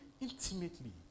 intimately